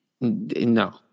no